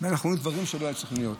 אנחנו רואים דברים שלא היו צריכים להיות.